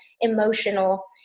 emotional